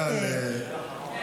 חבר הכנסת נאור שירי, תכבדו את זה.